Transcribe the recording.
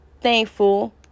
thankful